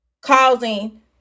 causing